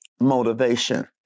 Motivation